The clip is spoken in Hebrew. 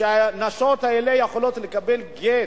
שהנשים האלה יכולות לקבל גט,